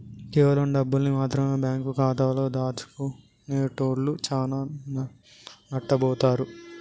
కేవలం డబ్బుల్ని మాత్రమె బ్యేంకు ఖాతాలో దాచుకునేటోల్లు చానా నట్టబోతారు